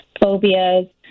phobias